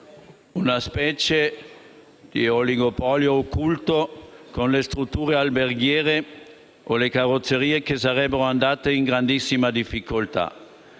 Una specie di oligopolio occulto con le strutture alberghiere o le carrozzerie che sarebbero andate in grandissima difficoltà.